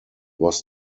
was